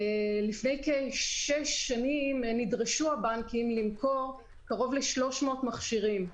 לפני כשש שנים נדרשו הבנקים למכור קרוב ל-300 מכשירים,